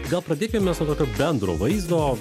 gal pradėkim mes nuo tokio bendro vaizdo